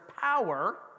power